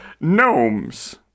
gnomes